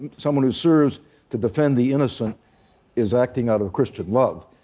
and someone who serves to defend the innocent is acting out of christian love.